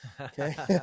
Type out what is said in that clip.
okay